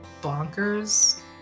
bonkers